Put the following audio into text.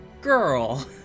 girl